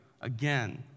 again